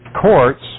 courts